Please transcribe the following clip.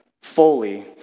fully